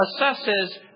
assesses